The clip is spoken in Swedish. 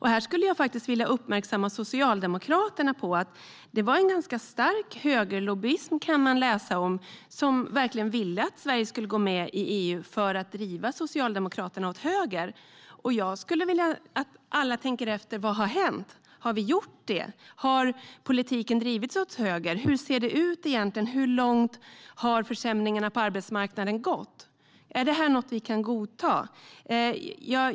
Här skulle jag faktiskt vilja uppmärksamma Socialdemokraterna på att det var en ganska stark högerlobbyism, kan man läsa om, som ville att Sverige skulle gå med i EU för att driva Socialdemokraterna åt höger. Jag skulle vilja att alla tänkte efter och frågar sig vad som har hänt. Har vi gjort det? Har politiken drivits åt höger? Hur ser det egentligen ut - hur långt har försämringarna på arbetsmarknaden gått? Är det någonting vi kan godta?